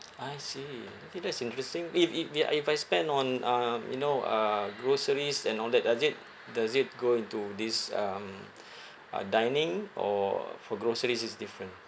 I see okay that's interesting if if ya if I spend on um you know uh groceries and all that does it does it go into this um uh dining or for groceries is different